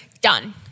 done